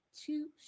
two